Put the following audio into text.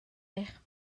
eich